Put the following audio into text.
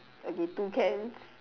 okay two cans